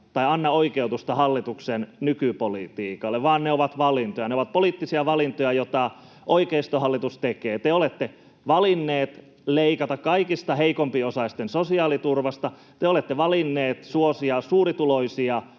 ei anna oikeutusta hallituksen nykypolitiikalle, vaan ne ovat valintoja, ne ovat poliittisia valintoja, joita oikeistohallitus tekee. Te olette valinneet leikata kaikista heikompiosaisten sosiaaliturvasta, te olette valinneet suosia suurituloisia